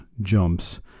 jumps